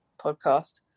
podcast